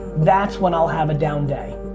that's when i'll have a down day.